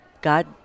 God